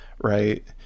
right